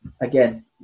Again